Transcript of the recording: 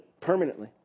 permanently